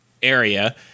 area